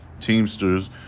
Teamsters